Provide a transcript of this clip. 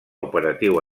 operatiu